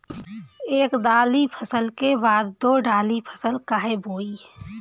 एक दाली फसल के बाद दो डाली फसल काहे बोई?